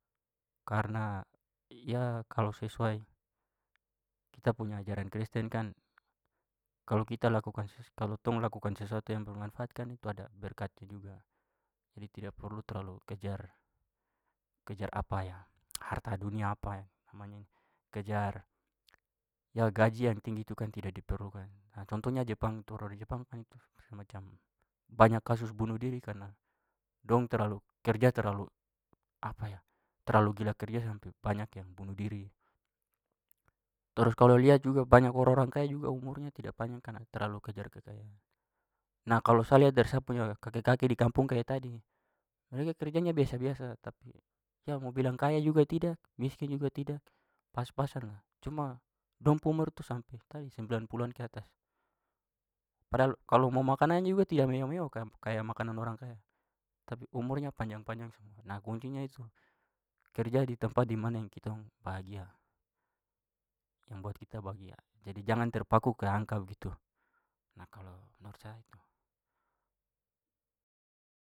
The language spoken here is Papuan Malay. Karena kalau sesuai kita punya ajaran kristen kan kalau kita lakukan sesu- kalau tong lakukan sesuatu yang bermanfaat kan itu ada berkatnya juga, jadi tidak perlu terlalu kejar- kejar harta dunia kejar gaji yang tinggi itu kan tidak diperlukan. Contohnya jepang, itu orang-orang jepang kan tu semacam banyak kasus bunuh diri karena dong terlalu kerja terlalu terlalu gila kerja sampai banyak yang bunuh diri. Terus kalau lihat juga banyak orang-orang kaya juga umurnya tidak panjang karena terlalu kejar kekayaan. Nah, kalau sa lihat dari sa punya kakek-kakek di kampung kayak tadi mereka kerjanya biasa-biasa tapi mau bilang kaya juga tidak miskin juga tidak. Pas-pasan lah. Cuma dong pu umur tu sampai, tadi, sembilan puluhan keatas. Padahal kalau umpama makanan juga tidak mewah-mewah kayak makanan orang kaya tapi umurnya panjang-panjang semua. Nah, kuncinya itu kerja di tempat dimana yang kitong bahagia- yang buat kita bahagia. Jadi jangan terpaku ke angka begitu. Nah, kalau menurut saya itu.